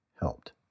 helped